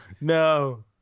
no